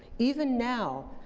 even now,